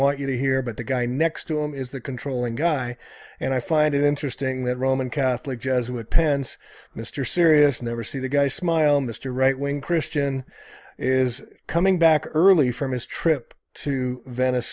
want you to hear but the guy next to him is the controlling guy and i find it interesting that roman catholic jesuit pence mr serious never see the guy smile mr right wing christian is coming back early from his trip to venice